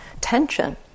Tension